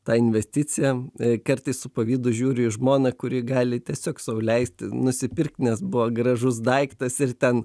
tą investiciją kartais su pavydu žiūri į žmoną kuri gali tiesiog sau leisti nusipirkt nes buvo gražus daiktas ir ten